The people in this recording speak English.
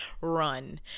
run